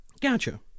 Gotcha